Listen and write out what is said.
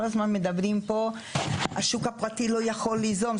כל הזמן מדברים פה השוק הפרטי לא יכול ליזום.